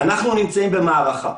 אנחנו נמצאים במערכה,